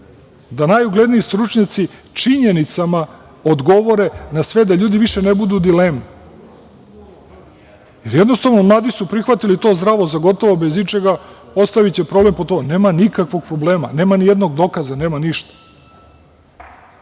da najugledniji stručnjaci činjenicama odgovore na sve, da ljudi više ne budu u dilemi. Jednostavno, mladi su prihvatili to zdravo za gotovo, bez ičega. Nema nikakvog problema, nema nijednog dokaza, nema ništa.